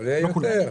היה יותר.